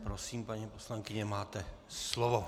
Prosím, paní poslankyně, máte slovo.